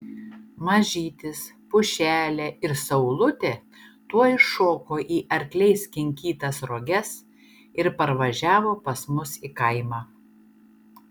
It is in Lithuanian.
mažytis pušelė ir saulutė tuoj šoko į arkliais kinkytas roges ir parvažiavo pas mus į kaimą